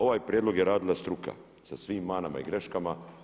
Ovaj prijedlog je radila struka sa svim manama i greškama.